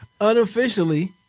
Unofficially